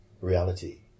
reality